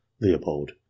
Leopold